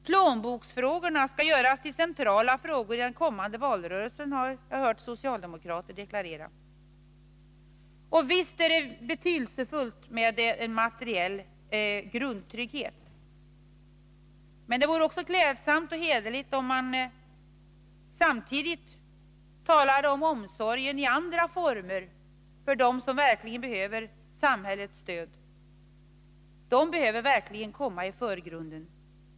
”Plånboksfrågorna” skall göras till centrala frågor i den kommande valrörelsen, har jag hört socialdemokrater deklarera. Naturligtvis är det betydelsefullt med materiell grundtrygghet, men det vore mera klädsamt och framför allt hederligare om omsorgen om dem som verkligen behöver samhällets stöd och hjälp också i andra former litet mer ställdes i förgrunden.